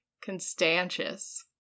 Constantius